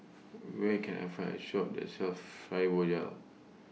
Where Can I Find A Shop that sells Fibogel